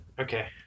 Okay